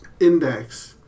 Index